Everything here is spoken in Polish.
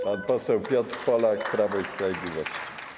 Pan poseł Piotr Polak, Prawo i Sprawiedliwość.